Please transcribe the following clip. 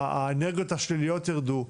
האנרגיות השליליות ירדו,